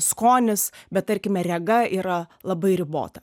skonis bet tarkime rega yra labai ribota